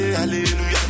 hallelujah